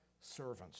servants